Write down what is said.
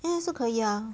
应该是可以 ah